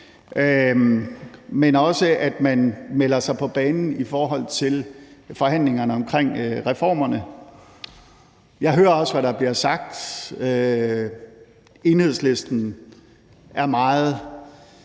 og også, at man melder sig på banen i forhold til forhandlingerne omkring reformerne. Jeg hører også, hvad der bliver sagt fra Enhedslistens side.